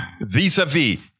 vis-a-vis